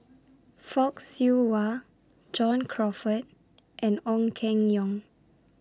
Fock Siew Wah John Crawfurd and Ong Keng Yong